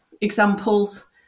examples